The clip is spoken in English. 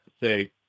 say